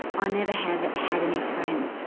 i never had had any friends,